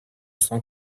cent